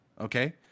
Okay